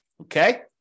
Okay